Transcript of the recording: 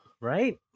Right